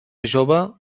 jove